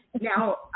Now